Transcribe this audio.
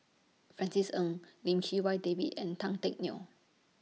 Francis Ng Lim Chee Wai David and Tan Teck Neo